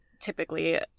typically